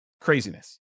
craziness